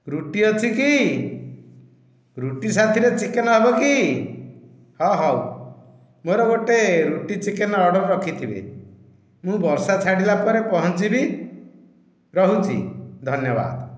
ରୁଟି ଅଛି କି ରୁଟି ସାଥିରେ ଚିକେନ ହେବ କି ହ ହେଉ ମୋର ଗୋଟିଏ ରୁଟି ଚିକେନ ଅର୍ଡ଼ର ରଖିଥିବେ ମୁଁ ବର୍ଷା ଛାଡ଼ିଲାପରେ ପହଞ୍ଚିବି ରହୁଛି ଧନ୍ୟବାଦ